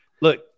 Look